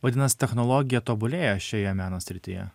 vadinas technologija tobulėja šioje meno srityje